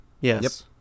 yes